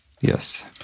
Yes